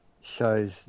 shows